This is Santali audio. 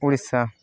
ᱳᱰᱤᱥᱟ